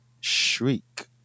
Shriek